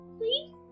Please